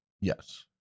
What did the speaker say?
Yes